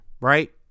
Right